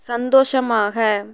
சந்தோஷமாக